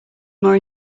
more